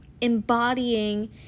Embodying